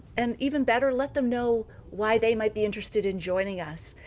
and even better, let them know why they might be interested in joining us.